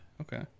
Okay